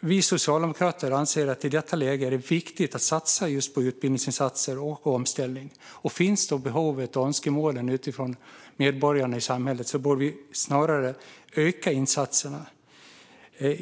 Vi socialdemokrater anser att det i detta läge är viktigt att satsa just på utbildningsinsatser och på omställning. Finns då behovet och önskemålen utifrån medborgarna i samhället borde vi snarare öka insatserna.